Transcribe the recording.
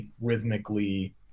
rhythmically